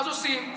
אז עושים,